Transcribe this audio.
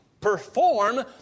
perform